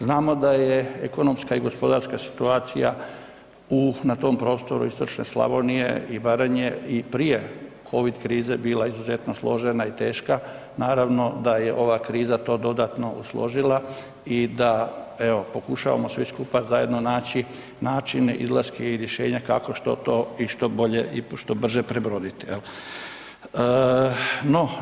Znamo da je ekonomska i gospodarska situacija na tom području istočne Slavonije i Baranje i prije covid krize bila izuzetno složena i teška, naravno da je ova kriza to dodatno usložila i da evo pokušavamo svi skupa zajedno naći načine, izlaske i rješenja kako što to i što bolje i što brže prebroditi, ne.